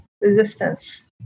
resistance